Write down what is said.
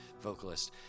vocalist